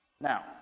Now